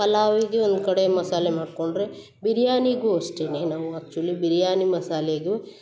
ಪಲಾವಿಗೆ ಒಂದ್ಕಡೆ ಮಸಾಲೆ ಮಾಡ್ಕೊಂಡರೆ ಬಿರ್ಯಾನಿಗೂ ಅಷ್ಟೆ ನಾವು ಆ್ಯಕ್ಚುಲಿ ಬಿರ್ಯಾನಿ ಮಸಾಲೆಗು